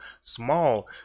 small